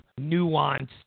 nuanced